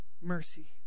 mercy